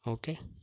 okay